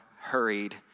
hurried